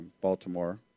Baltimore